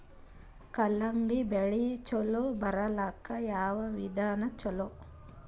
ಕಲ್ಲಂಗಡಿ ಬೆಳಿ ಚಲೋ ಬರಲಾಕ ಯಾವ ವಿಧಾನ ಚಲೋ?